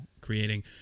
creating